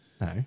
No